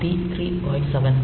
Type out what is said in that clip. board 3